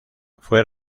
fue